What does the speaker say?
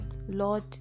Lord